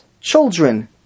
children